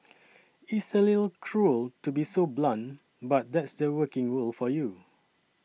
it's a little cruel to be so blunt but that's the working world for you